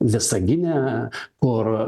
visagine kur